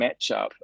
matchup